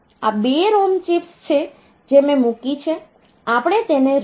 આ 2 ROM chips છે જે મેં મૂકી છે આપણે તેને ROM 1 અને ROM 2 કહીએ છીએ